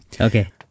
Okay